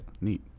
Neat